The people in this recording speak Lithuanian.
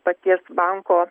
paties banko